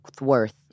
worth